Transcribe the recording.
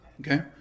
Okay